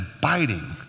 biting